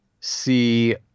see